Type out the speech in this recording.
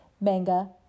manga